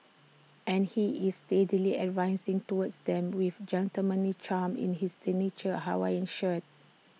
and he is steadily advancing towards them with gentlemanly charm in his signature Hawaiian shirts